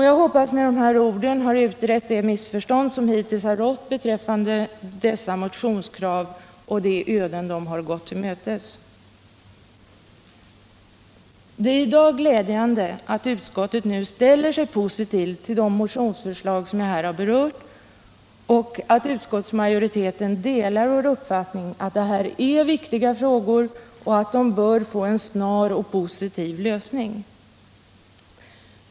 Jag hoppas med de här orden ha utrett det missförstånd som hittills rått beträffande dessa motionskrav och de öden som de har gått till mötes. Det är glädjande att utskottet nu ställer sig positivt till de motionsförslag som jag här berört och att utskottsmajoriteten delar vår uppfattning att detta är viktiga frågor som bör få en snar och positiv lösning.